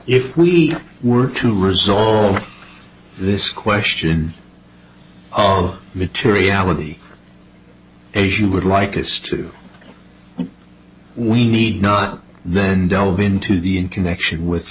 if we were to rizzoli this question of materiality as you would like us to do we need not then delve into the in connection with